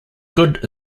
good